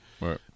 Right